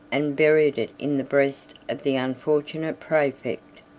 and buried it in the breast of the unfortunate praefect.